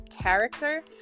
character